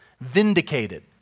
vindicated